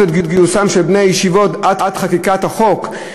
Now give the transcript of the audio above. את גיוסם של בני הישיבות עד חקיקת החוק,